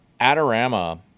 Adorama